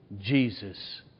Jesus